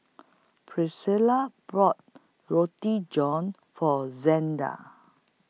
Priscila brought Roti John For Xander